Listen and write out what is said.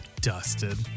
Dusted